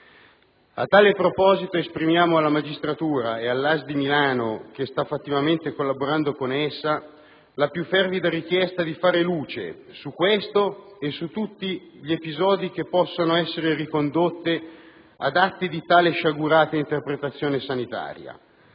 A tale proposito esprimiamo alla magistratura ed all'ASL di Milano, che sta fattivamente collaborando con essa, la più fervida richiesta di far luce su questo e su tutti gli episodi che possano essere ricondotti ad atti di tale sciagurata interpretazione sanitaria,